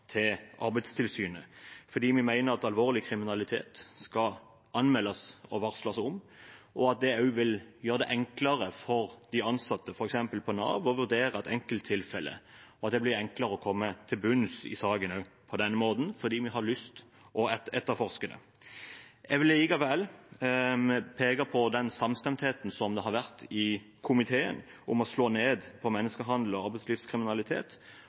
Vi mener at alvorlig kriminalitet skal anmeldes og varsles om, at det også vil gjøre det enklere for de ansatte f.eks. på Nav å vurdere et enkelt tilfelle, og at det blir enklere å komme til bunns i sakene på denne måten ved å etterforske det. Jeg vil likevel peke på den samstemtheten som det har vært i komiteen om å slå ned på menneskehandel og arbeidslivskriminalitet,